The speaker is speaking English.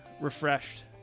refreshed